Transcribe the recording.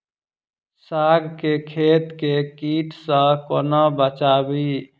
साग केँ खेत केँ कीट सऽ कोना बचाबी?